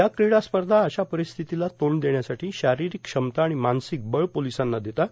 या क्रीडा स्पधा अशा पर्परस्थितीला तांड देण्यासाठी शारीरिक क्षमता आीण मार्नासक बळ पोलिसांना देतात